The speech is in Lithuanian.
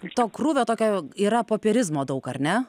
to krūvio tokio yra popierizmo daug ar ne